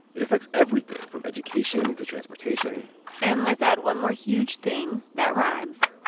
it affects everything from education to transportation and let's add one more huge thing that rhymes,